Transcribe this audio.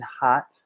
hot